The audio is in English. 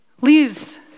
leaves